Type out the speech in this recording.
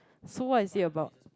so what is it about